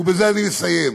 ובזה אני מסיים,